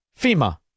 FEMA